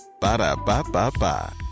Ba-da-ba-ba-ba